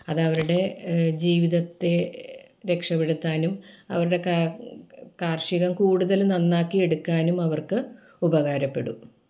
അതവരുടെ ജീവിതത്തെ രക്ഷപ്പെടുത്താനും അവരുടെ കാ കാർഷികം കൂടുതൽ നന്നാക്കിയെടുക്കാനും അവർക്ക് ഉപകാരപ്പെടും